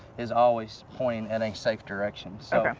is always pointing in a safe direction. so,